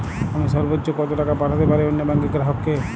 আমি সর্বোচ্চ কতো টাকা পাঠাতে পারি অন্য ব্যাংকের গ্রাহক কে?